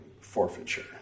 forfeiture